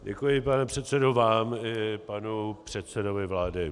Děkuji, pane předsedo, vám i panu předsedovi vlády.